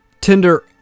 Tinder